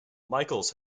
michaels